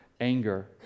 anger